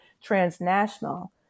transnational